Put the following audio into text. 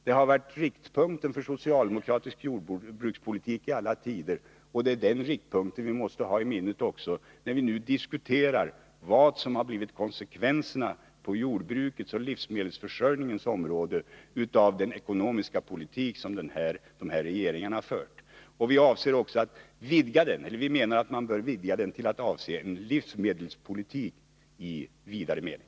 Det har varit riktpunkten för socialdemokratisk jordbrukspolitik i alla tider, och det är den riktpunkten som vi måste hålla i minnet också när vi nu diskuterar vilka konsekvenserna har blivit på jordbrukets och livsmedelsförsörjningens område av den ekonomiska politik som de borgerliga regeringarna har fört. Vi menar att man måste vidga jordbrukspolitiken till en livsmedelspolitik i vidare mening.